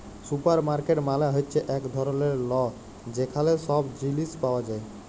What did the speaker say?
supermarket মালে হ্যচ্যে এক ধরলের ল যেখালে সব জিলিস পাওয়া যায়